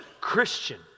Christian